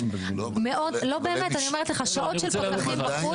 לא, באמת, אני אומרת לך, שעות של פקחים בחוץ.